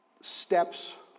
steps